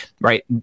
right